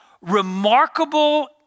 remarkable